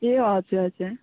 ए हजुर हजुर